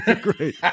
Great